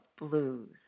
blues